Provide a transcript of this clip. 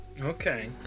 okay